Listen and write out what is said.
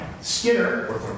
Skinner